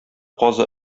казы